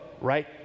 right